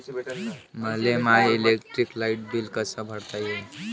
मले my electric light bill कस भरता येईल?